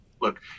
Look